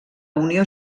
unió